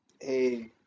Hey